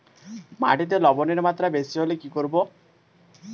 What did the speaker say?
মাটিতে লবণের মাত্রা বেশি হলে কি করব?